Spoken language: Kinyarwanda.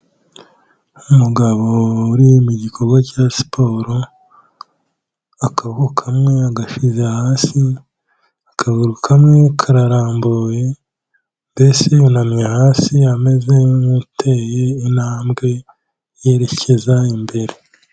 Umugabo uriri mu gikorwa cya siporo, akaboko kamwe agashyize hasi, akaguru kamwe kararambuye, mbese yunamye hasi ameze nk'uteye intambwe yerekeza imbere.